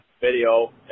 video